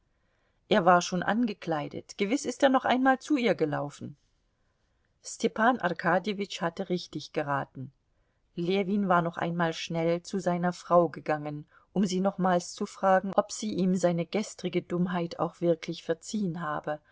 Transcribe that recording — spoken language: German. er war schon angekleidet gewiß ist er noch einmal zu ihr gelaufen stepan arkadjewitsch hatte richtig geraten ljewin war noch einmal schnell zu seiner frau gegangen um sie nochmals zu fragen ob sie ihm seine gestrige dummheit auch wirklich verziehen habe